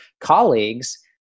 colleagues